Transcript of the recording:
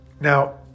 Now